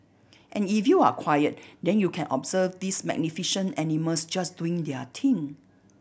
and if you're quiet then you can observe these magnificent animals just doing their thing